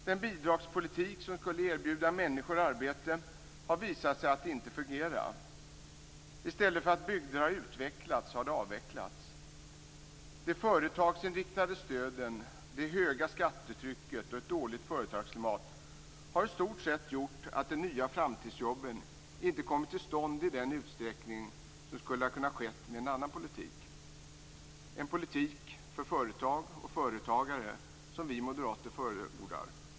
Den bidragspolitik som skulle erbjuda människor arbete har visat sig inte fungera. I stället för att bygder har utvecklats har de avvecklats. De företagsinriktade stöden, det höga skattetrycket och ett dåligt företagsklimat har i stort sett gjort att de nya framtidsjobben inte kommit till stånd i den utsträckning som skulle ha kunnat ske med en annan politik. Det skulle vara en politik för företag och företagare, som vi moderater förordar.